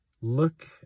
look